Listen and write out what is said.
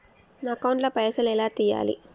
నా అకౌంట్ ల పైసల్ ఎలా తీయాలి?